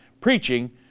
preaching